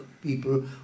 people